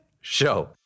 Show